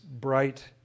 bright